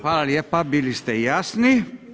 Hvala lijepa, bili ste jasni.